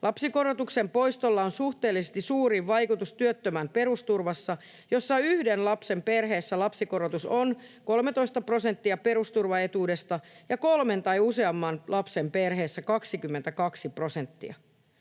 Lapsikorotuksen poistolla on suhteellisesti suurin vaikutus työttömän perusturvassa, jossa yhden lapsen perheessä lapsikorotus on 13 prosenttia perusturvaetuudesta ja kolmen tai useamman lapsen perheessä 22 prosenttia.